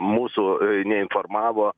mūsų neinformavo